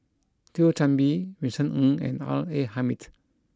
Thio Chan Bee Vincent Ng and R A Hamid